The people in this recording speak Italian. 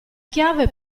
chiave